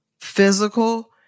physical